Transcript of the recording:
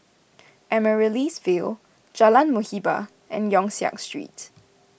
Amaryllis Ville Jalan Muhibbah and Yong Siak Street